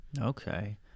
Okay